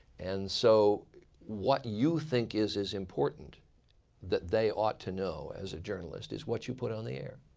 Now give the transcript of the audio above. and so what you think is is important that they ought to know as a journalist, is what you put on the air.